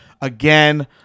again